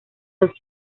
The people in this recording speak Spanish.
los